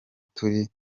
turi